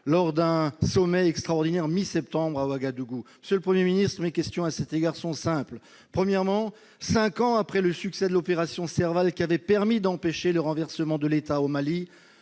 lors d'un sommet extraordinaire mi-septembre à Ouagadougou. Monsieur le Premier ministre, mes questions à cet égard sont simples. Tout d'abord, cinq ans après le succès de l'opération Serval, qui avait permis d'empêcher le renversement de l'État au Mali,